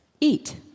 Eat